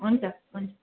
हुन्छ हुन्छ